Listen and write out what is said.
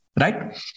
right